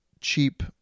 cheap